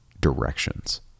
directions